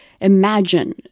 imagine